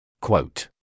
Quote